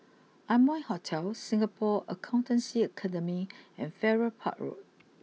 Amoy Hotel Singapore Accountancy Academy and Farrer Park Road